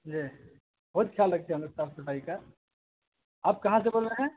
جی بہت خیال رکھتے ہیں ہم لوگ صاف صفائی کا آپ کہاں سے بول رہے ہیں